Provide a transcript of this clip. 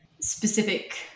specific